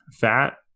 fat